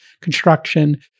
construction